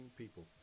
people